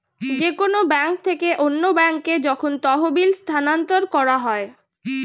যে কোন ব্যাংক থেকে অন্য ব্যাংকে যখন তহবিল স্থানান্তর করা হয়